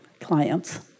clients